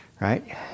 Right